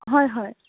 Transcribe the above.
হয় হয়